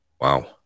Wow